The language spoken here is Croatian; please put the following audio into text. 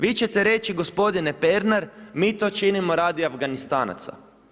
Vi ćete reći, gospodine Pernar, mi to činimo radi Afganistanaca.